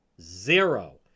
Zero